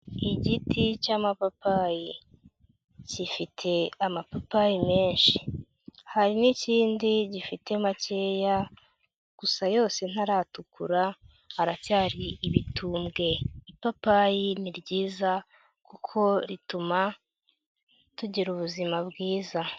Igiti cy'amapapayi gifite amapapayi menshi hari n'ikindi gifite makeya gusa yose ntaratukura, aracyari ibitumbwe, ipapayi ni ryiza kuko rituma tugira ubuzima bwiza.